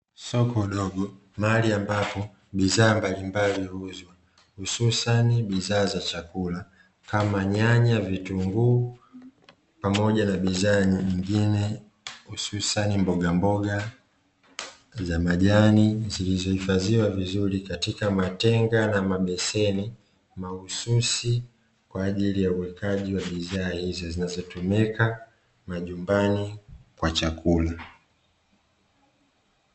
Soko dogo, mahali ambako bidhaa mbalimbali huuzwa hususani bidhaa za chakula, kama nyanya, vitunguu pamoja na bidhaa nyingine hususani mbogamboga za majani zilizohifadhiwa vizuri katika matenga na mabeseni, mahususi kwa ajili ya uwekaji wa bidhaa hizo zinazotumika majumbani kwa chakula.